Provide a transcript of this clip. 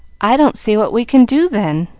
i don't see what we can do, then.